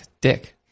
dick